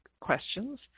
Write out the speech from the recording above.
questions